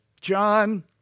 John